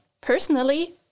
personally